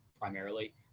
primarily